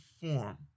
form